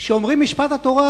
כשאומרים "משפט התורה",